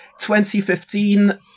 2015